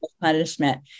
punishment